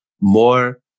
more